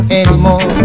anymore